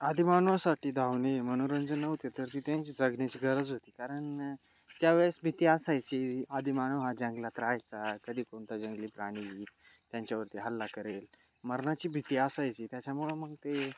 आदिमानवासाठी धावणे मनोरंजन नव्हते तर ती त्यांची जगण्याची गरज होती कारण त्यावेळेस भीती असायची आदिमानव हा जंगलात राहायचा कधी कोणता जंगली प्राणी त्यांच्यावरती हल्ला करायचा मरणाची भीती असायची त्याच्यामुळं मग ते